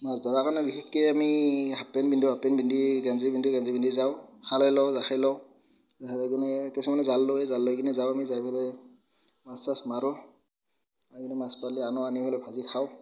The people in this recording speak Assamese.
মাছ ধৰাৰ কাৰণে বিশেষকৈ আমি হাফ পেন্ট পিন্ধো হাফ পেন্ট পিন্ধি গেঞ্জি পিন্ধি গেঞ্জি পিন্ধি যাওঁ খালৈ লওঁ জাকৈ লওঁ কিছুমানে জাল লয় জাল লৈ কিনে যাওঁ আমি যায় পেলাই মাছ চাছ মাৰোঁ আহি কেনি মাছ পালে আনো আনি পেলাই ভাজি খাওঁ